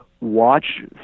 Watch